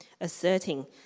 asserting